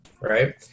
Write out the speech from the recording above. right